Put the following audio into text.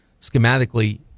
schematically